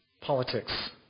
politics